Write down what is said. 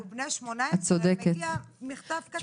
בני 18 מגיע מכתב קטן --- את צודקת.